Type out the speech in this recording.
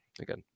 Again